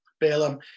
Balaam